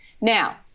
Now